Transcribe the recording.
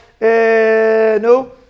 no